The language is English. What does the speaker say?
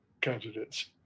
candidates